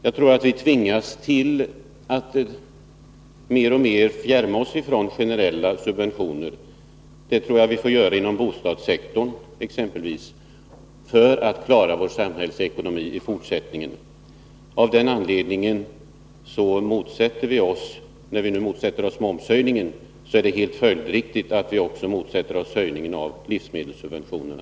Jag tror att vi tvingas att mer och mer fjärma oss ifrån generella subventioner, exempelvis inom bostadssektorn, för att klara vår samhällsekonomi i fortsättningen. När vi nu motsätter oss momshöjningen är det av den anledningen helt följdriktigt att vi också motsätter oss höjningen av livsmedelssubventionerna.